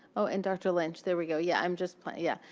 oh, and dr. lynch. there we go. yeah, i'm just play yeah.